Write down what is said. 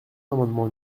amendement